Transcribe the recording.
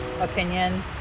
opinion